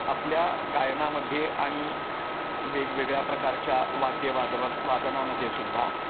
आपल्या गायनामध्ये आणि वेगवेगळ्या प्रकारच्या वाद्यवादम वादनामध्ये सुद्धा